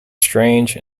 strange